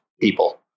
people